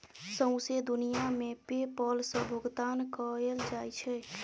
सौंसे दुनियाँ मे पे पल सँ भोगतान कएल जाइ छै